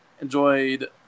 enjoyed